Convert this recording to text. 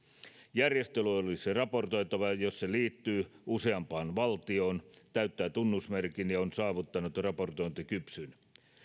järjestely olisi raportoitava jos se liittyy useampaan valtioon täyttää tunnusmerkin ja on saavuttanut raportointikypsyyden